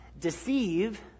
deceive